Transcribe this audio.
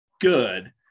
good